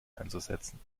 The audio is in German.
einzusetzen